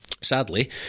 Sadly